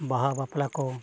ᱵᱟᱦᱟ ᱵᱟᱯᱞᱟ ᱠᱚ